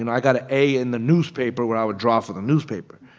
and i got an a in the newspaper where i would draw for the newspaper.